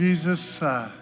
Jesus